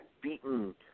beaten